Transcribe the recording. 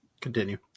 Continue